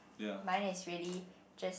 mine is really just